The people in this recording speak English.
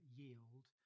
yield